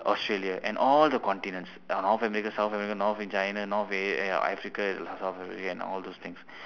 australia and all the continents north america south america north china north africa south africa and all those things